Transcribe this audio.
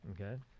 Okay